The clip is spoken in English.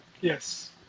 Yes